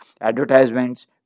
advertisements